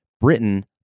Britain